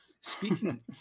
Speaking